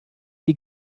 die